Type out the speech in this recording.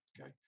okay